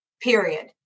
period